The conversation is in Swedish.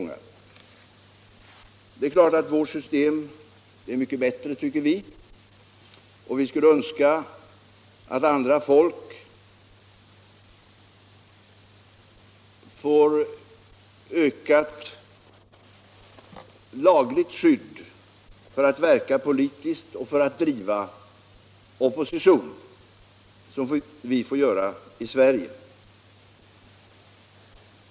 Självfallet tycker vi att vårt system är mycket bättre, och vi skulle önska att andra folk fick ökat lagligt skydd för att verka politiskt och för att driva opposition, som man får göra i Sverige.